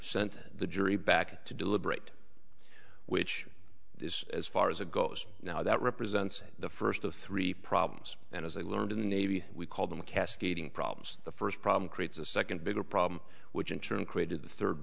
sent the jury back to deliberate which is as far as it goes now that represents the first of three problems and as i learned in the navy we call them cascading problems the first problem creates a second bigger problem which in turn created the third